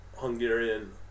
Hungarian